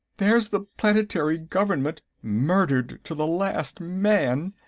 there's the planetary government, murdered to the last man!